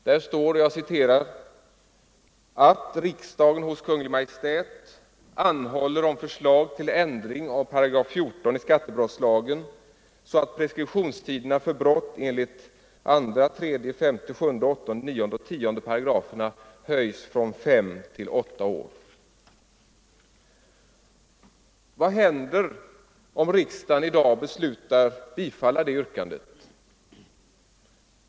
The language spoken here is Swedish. Där hemställs ”att riksdagen hos Kungl. Maj:t anhåller om förslag till ändring av 14 § i skattebrottslagen, så att preskriptionstiderna för brott enligt 2, 3, 5, 7, 8, 9 och 10 §§ höjs från fem till åtta år”. Vad händer om riksdagen i dag beslutar bifalla det yrkandet?